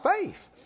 faith